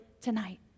tonight